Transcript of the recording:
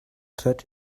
such